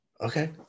okay